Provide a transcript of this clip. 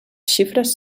xifres